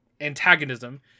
antagonism